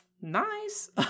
Nice